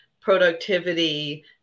productivity